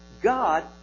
God